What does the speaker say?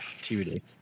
tbd